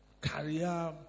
Career